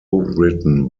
written